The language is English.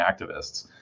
activists